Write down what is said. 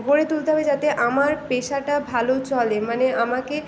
গড়ে তুলতে হবে যাতে আমার পেশাটা ভালো চলে মানে আমাকে